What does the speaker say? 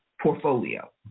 portfolio